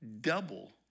double